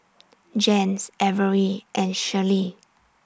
Jens Averi and Shirley